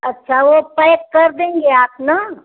अच्छा वह पैक कर देंगे आप ना